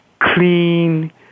clean